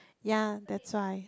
ya that's why